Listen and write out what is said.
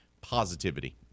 Positivity